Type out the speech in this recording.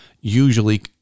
Usually